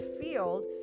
field